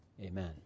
Amen